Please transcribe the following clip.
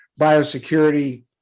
biosecurity